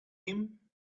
him